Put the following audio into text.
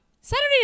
Saturday